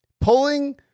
Pulling